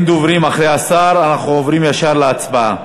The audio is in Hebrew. אין דוברים אחרי השר, אנחנו עוברים ישר להצבעה.